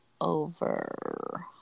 over